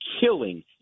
killing